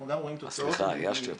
אז סליחה, ייאשתי אותך.